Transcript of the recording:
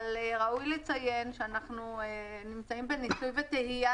אבל ראוי לציין שאנחנו נמצאים בניסוי וטעייה,